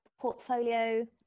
portfolio